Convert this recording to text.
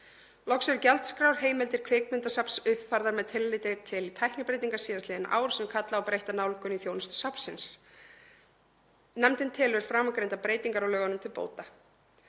Loks eru gjaldskrárheimildir kvikmyndasafns uppfærðar með tilliti til tæknibreytinga síðastliðin ár sem kalla á breytta nálgun í þjónustu safnsins. Nefndin telur framangreindar breytingar á lögunum til bóta.